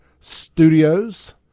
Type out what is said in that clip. Studios